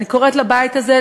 אני קוראת לבית הזה,